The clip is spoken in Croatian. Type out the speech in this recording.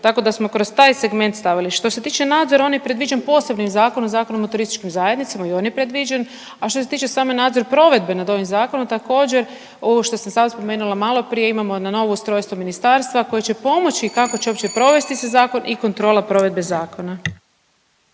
tako da smo kroz taj segment stavili. Što se tiče nadzora on je predviđen posebnim zakonom, Zakonom o turističkim zajednicama i on je predviđen, a što se tiče same nadzor provedbe nad ovim zakonom također, ovo što sam sada spomenula maloprije imamo na novo ustrojstvo ministarstva koje će pomoći kako će uopće provesti se zakon i kontrola provedbe zakona.